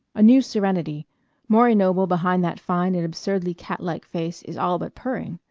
a new serenity maury noble behind that fine and absurdly catlike face is all but purring.